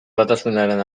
batasunaren